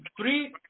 three